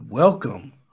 Welcome